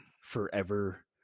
forever